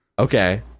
Okay